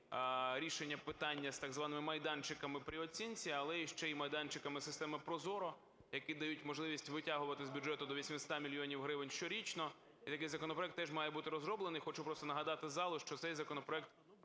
рішення питання з так званими майданчиками при оцінці, але ще й майданчиками системи ProZorro, які дають можливість витягувати з бюджету до 800 мільйонів гривень щорічно. І такий законопроект теж має бути розроблений. Хочу просто нагадати залу, що цей законопроект